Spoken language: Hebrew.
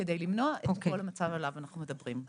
כדי למנוע את כל המצב עליו אנחנו מדברים.